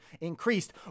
increased